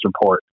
report